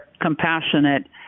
compassionate